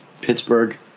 Pittsburgh